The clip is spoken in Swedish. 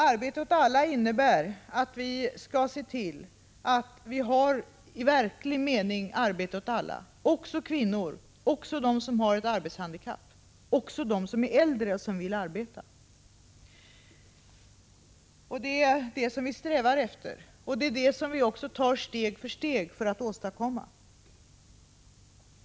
Arbete åt alla innebär att vi skall se till att det finns i verklig mening arbete åt alla, också åt kvinnor, också åt dem som har ett arbetshandikapp, också åt dem som är äldre och vill arbeta. Det är det som vi strävar efter och som vi tar steg för steg för att åstadkomma.